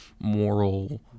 moral